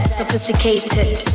sophisticated